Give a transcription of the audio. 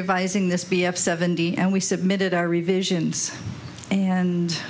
revising this b f seventy and we submitted our revisions and